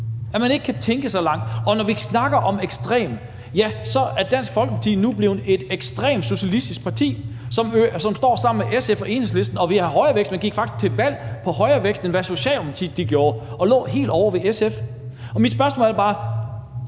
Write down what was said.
at man ikke kan tænke så langt. Og når vi snakker om noget, der er ekstremt, så er Dansk Folkeparti nu blevet et ekstremt socialistisk parti, som står sammen med SF og Enhedslisten og vil have højere vækst. Man gik faktisk til valg på at have en højere vækst, end Socialdemokratiet ville have, og lå helt ovre ved SF. Mit spørgsmål er bare: